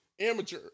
Amateur